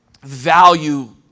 value